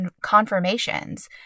confirmations